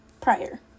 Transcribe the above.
prior